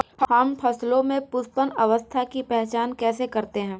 हम फसलों में पुष्पन अवस्था की पहचान कैसे करते हैं?